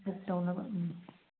book ꯇꯧꯅꯕ ꯎꯝ